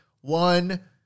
One